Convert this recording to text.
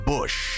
Bush